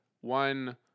one